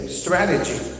strategy